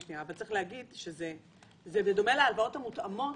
אבל צריך להגיד שבדומה להלוואות המותאמות,